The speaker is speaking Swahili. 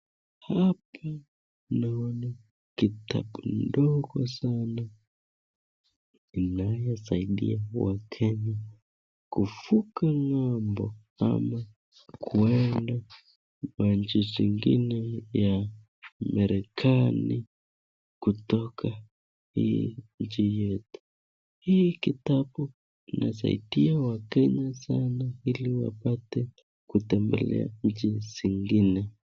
Hapa naona kitabu ndogo sana inayosaidia Wakenya kuvuga ng'ambo ama kuenda nchi zingine ya Marekani kutoka hii nchi yetu. Hii kitabu inasaidia Wakenya sana ili wapate kutembelea nchi zingine.